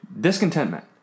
Discontentment